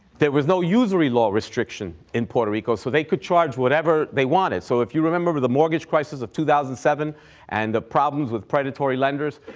there was no usury law restriction in puerto rico so they could charge whatever they wanted. so, if you remember the mortgage crisis of two thousand and seven and the problems with predatory lenders,